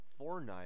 fortnite